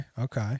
okay